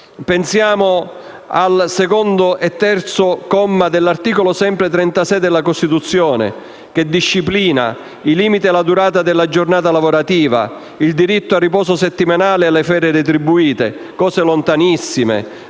Pensiamo al secondo e terzo comma dell'articolo 36 della Costituzione, che disciplinano i limiti alla durata della giornata lavorativa, il diritto al riposo settimanale e alle ferie retribuite, questioni lontanissime